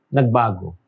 Nagbago